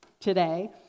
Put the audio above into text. today